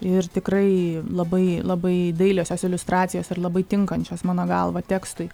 ir tikrai labai labai dailios jos iliustracijos ir labai tinkančios mano galva tekstui